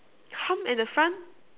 hump at the front